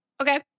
Okay